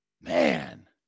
Man